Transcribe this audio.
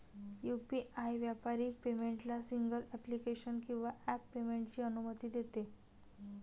UPI व्यापारी पेमेंटला single application किंवा ॲप पेमेंटची अनुमती देते